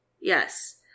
Yes